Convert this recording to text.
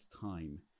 time